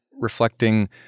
reflecting